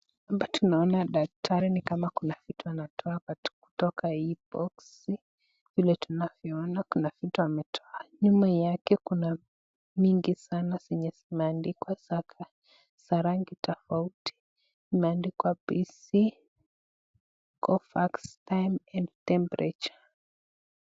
vhapa tunaona daktari ni kama kuna vitu anatoa kutoka hii box vile tunavyoona kuna vitu ametoa. Nyuma yake kuna mingi sana zenye zimeandikwa za rangi tofauti. Imeandikwa BC Gofax time and temperature .